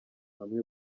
bamwe